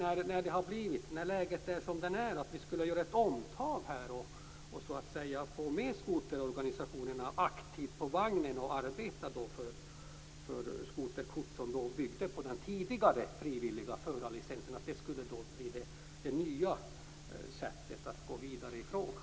Är det inte dags att i dag, när läget är som det är, göra ett omtag för att aktivt få med skoterorganisationerna på vagnen och arbeta för ett skoterkort som bygger på den tidigare frivilliga förarlicensen; detta som ett nytt sätt att gå vidare i frågan?